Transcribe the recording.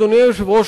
אדוני היושב-ראש,